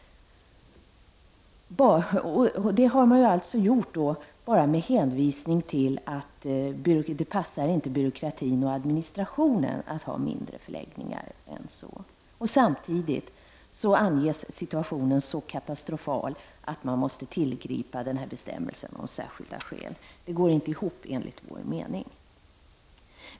Man har gjort detta med hänvisning till att det inte passar byråkratin och administrationen att ha mindre förläggningar. Samtidigt anger regeringen att situationen är så katastrofal att den måste tillgripa bestämmelsen om särskilda skäl. Detta resonemang går inte ihop enligt vår mening.